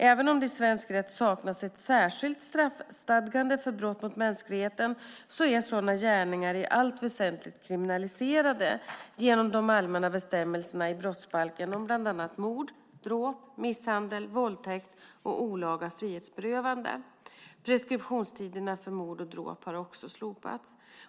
Även om det i svensk rätt saknas ett särskilt straffstadgande för brott mot mänskligheten är sådana gärningar i allt väsentligt kriminaliserade genom de allmänna bestämmelserna i brottsbalken om bland annat mord, dråp, misshandel, våldtäkt och olaga frihetsberövande. Preskriptionstiden för mord och dråp har också slopats.